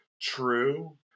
true